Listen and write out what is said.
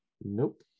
Nope